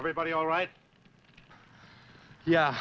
everybody all right yeah